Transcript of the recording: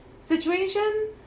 situation